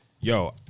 yo